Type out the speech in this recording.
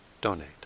donate